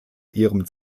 ihrem